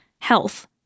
health